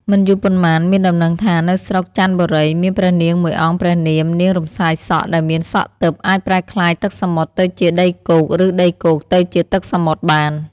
មិនយូរប៉ុន្មាន មានដំណឹងថា នៅស្រុកចន្ទបុរី មានព្រះនាងមួយអង្គព្រះនាម នាងរំសាយសក់ ដែលមានសក់ទិព្វ អាចប្រែក្លាយទឹកសមុទ្រទៅជាដីគោក ឬដីគោកទៅជាទឹកសមុទ្របាន។